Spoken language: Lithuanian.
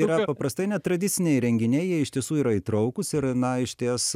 yra paprastai netradiciniai renginiai jie iš tiesų yra įtraukūs ir na išties